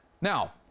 now